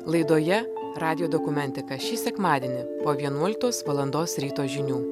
laidoje radijo dokumentika šį sekmadienį po vienuoliktos valandos ryto žinių